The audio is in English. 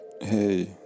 Hey